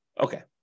Okay